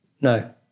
No